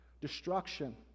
destruction